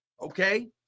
Okay